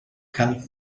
cal